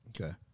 Okay